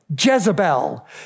Jezebel